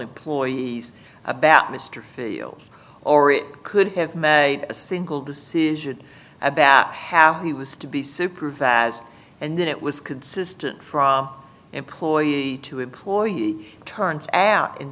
employees about mr fields or it could have a single decision about how he was to be supervised and that it was consistent from employee to employee turns out in